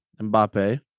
Mbappe